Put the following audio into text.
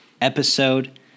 episode